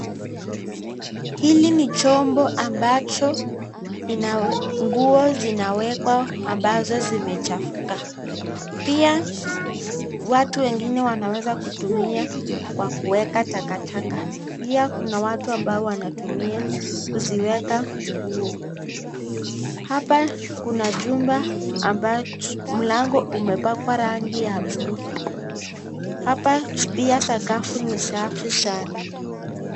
Hili ni chombo ambacho nguo zinawekwa ambazo zimechafuka pia watu wengine wanaweza kutumia kwa kuweka takataka, pia kuna watu ambao wanatumia kuziweka nguo, hapa kuna chumba ambacho mlango umepakwa rangi ya blue hapa pia sakafu ni safi sana.